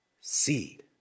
Seed